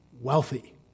wealthy